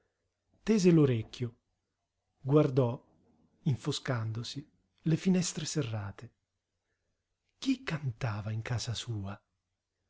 tese l'orecchio guardò infoscandosi le finestre serrate chi cantava in casa sua